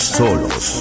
solos